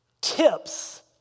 tips